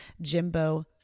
Jimbo